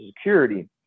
security